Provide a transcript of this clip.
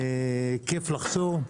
כיף לחזור.